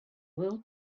little